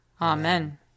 Amen